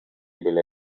біля